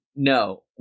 No